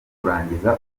kurangiza